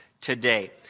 today